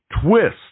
Twist